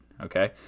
Okay